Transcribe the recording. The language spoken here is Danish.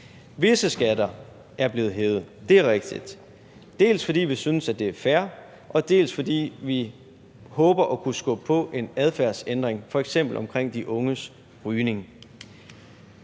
Visse skatter er blevet hævet – det er rigtigt – dels fordi vi synes, at det er fair, dels fordi vi håber at kunne skubbe på en adfærdsændring, f.eks. i forhold til de unges rygning.